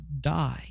die